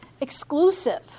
exclusive